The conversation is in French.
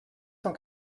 cent